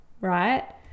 right